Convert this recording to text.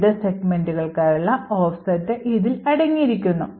വിവിധ സെഗ്മെന്റുകൾക്കായുള്ള ഓഫ്സെറ്റ് ഇതിൽ അടങ്ങിയിരിക്കുന്നു